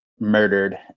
murdered